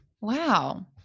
Wow